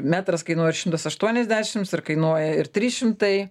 metras kainuoja ir šimtas aštuoniasdešimts ir kainuoja ir trys šimtai